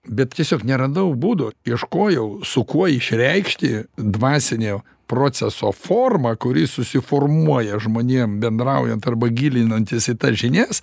bet tiesiog neradau būdo ieškojau su kuo išreikšti dvasinio proceso formą kuri susiformuoja žmonėm bendraujant arba gilinantis į tas žinias